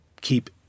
keep